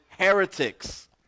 heretics